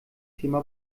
thema